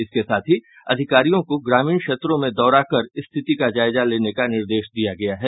इसके साथ ही अधिकारियों को ग्रामीण क्षेत्रों में दौरा कर स्थिति का जायजा लेने का निर्देश दिया गया है